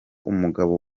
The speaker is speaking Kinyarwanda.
umugabo